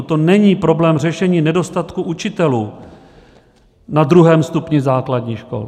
To není problém řešení nedostatku učitelů na druhém stupni základních škol.